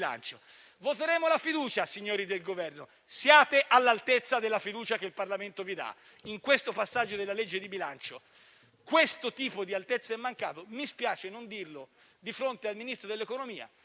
Voteremo la fiducia, signori del Governo, siate all'altezza della fiducia che il Parlamento vi dà. In questo passaggio della legge di bilancio questo tipo di altezza è mancato, mi spiace non dirlo di fronte al Ministro dell'economia